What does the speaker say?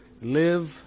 live